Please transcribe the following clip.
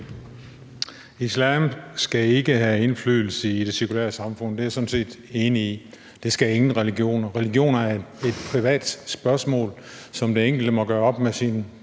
Islam skal ikke have indflydelse i det sekulære samfund. Det er jeg sådan set enig i. Det skal ingen religioner. Religion er et privat spørgsmål, som den enkelte må gøre op med sin